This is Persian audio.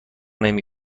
نمی